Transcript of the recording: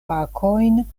fakojn